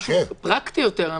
משהו פרקטי יותר.